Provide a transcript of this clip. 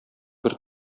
бер